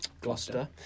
Gloucester